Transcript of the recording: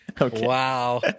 Wow